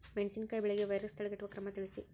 ಮೆಣಸಿನಕಾಯಿ ಬೆಳೆಗೆ ವೈರಸ್ ತಡೆಗಟ್ಟುವ ಕ್ರಮ ತಿಳಸ್ರಿ